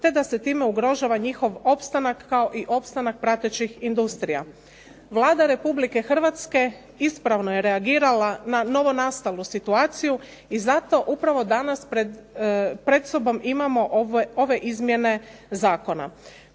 te da se time ugrožava njihov opstanak kao i opstanak pratećih industrija. Vlada Republike Hrvatske ispravno je reagirala na novonastalu situaciju i zato upravo danas pred sobom imamo ove izmjene zakona.